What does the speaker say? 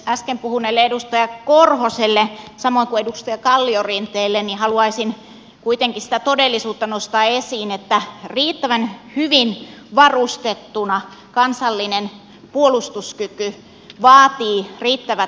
äsken puhuneelle edustaja korhoselle samoin kuin edustaja kalliorinteelle haluaisin kuitenkin sitä todellisuutta nostaa esiin että riittävän hyvin varustettuna kansallinen puolustuskyky vaatii riittävät resurssit